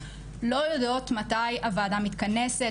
לא יודעות מתי הוועדה מתכנסת,